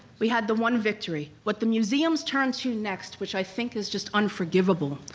we had the one victory. what the museums turned to next, which i think is just unforgivable,